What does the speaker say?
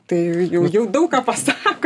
tai jau jau daug ką pasako